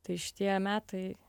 tai šitie metai